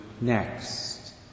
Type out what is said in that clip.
next